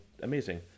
Amazing